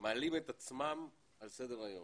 מעלים את עצמם על סדר היום.